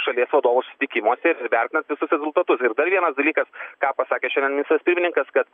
šalies vadovų susitikimuose ir vertinant visus rezultatus ir dar vienas dalykas ką pasakė šiandien ministras pirmininkas kad